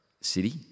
city